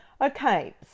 Okay